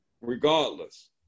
regardless